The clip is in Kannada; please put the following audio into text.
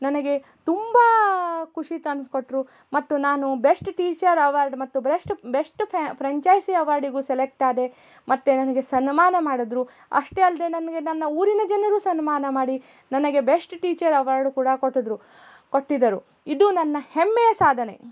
ನನಗೆ ತುಂಬ ಖುಷಿ ತನ್ಸ್ ಕೊಟ್ಟರು ಮತ್ತು ನಾನು ಬೆಸ್ಟ್ ಟೀಚರ್ ಅವಾರ್ಡ್ ಮತ್ತು ಬ್ರೆಸ್ಟ್ ಬೆಸ್ಟ್ ಫ್ಯ ಫ್ರೆಂಚೈಸಿ ಅವಾರ್ಡಿಗೂ ಸೆಲೆಕ್ಟಾದೆ ಮತ್ತು ನನಗೆ ಸನ್ಮಾನ ಮಾಡಿದ್ರು ಅಷ್ಟೇ ಅಲ್ಲದೇ ನನಗೆ ನನ್ನ ಊರಿನ ಜನರು ಸನ್ಮಾನ ಮಾಡಿ ನನಗೆ ಬೆಸ್ಟ್ ಟೀಚರ್ ಅವಾರ್ಡ್ ಕೂಡ ಕೊಟ್ಟಿದ್ರು ಕೊಟ್ಟಿದರು ಇದು ನನ್ನ ಹೆಮ್ಮೆಯ ಸಾಧನೆ